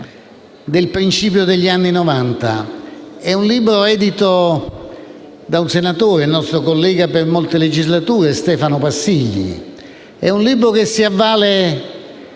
del principio degli anni Novanta. È un libro edito da un senatore, nostro collega per molte legislature, Stefano Passigli, che si avvale